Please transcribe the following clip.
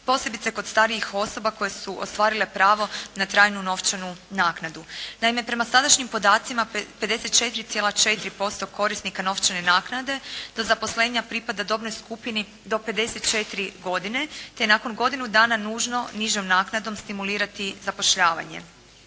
posebice kod starijih osoba koje su ostvarile pravo na trajnu novčanu naknadu. Naime prema sadašnjim podacima 54,4% korisnika novčane naknade do zaposlenja pripada dobnoj skupini do 54 godine te je nakon godinu dana nužno nižom naknadom stimulirati zapošljavanje.